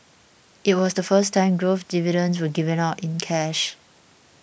it was the first time growth dividends were given out in cash